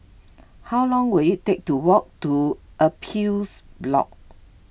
how long will it take to walk to Appeals Board